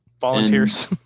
Volunteers